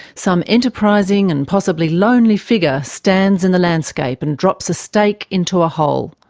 some enterprising and possibly lonely figure stands in the landscape and drops a stake into a hole.